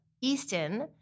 Easton